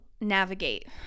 navigate